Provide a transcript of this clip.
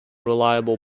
reliable